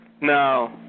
No